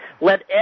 Let